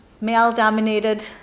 male-dominated